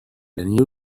than